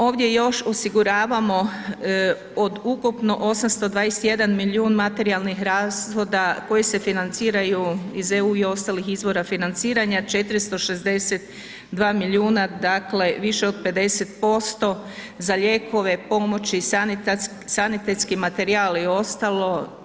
Ovdje još osiguravamo od ukupno 821 milijun materijalnih rashoda koji se financiraju iz EU i ostalih izvora financiranja 462 milijuna, dakle više od 50 za lijekove, pomoći, sanitetski materijal i ostalo.